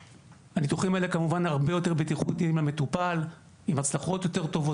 הניתוחים האלה כמובן הרבה יותר בטיחותיים למטופל עם הצלחות יותר טובות,